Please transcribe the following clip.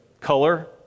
color